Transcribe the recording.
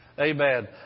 Amen